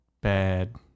Bad